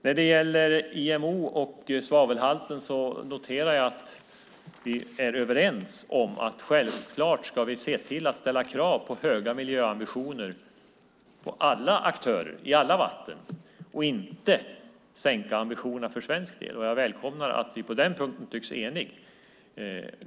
När det gäller IMO och svavelhalten noterar jag att vi är överens om att vi självklart ska se till att ställa krav på höga miljöambitioner på alla aktörer i alla vatten och inte sänka ambitionerna för svensk del. Jag välkomnar att vi på den punkten tycks eniga.